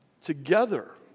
together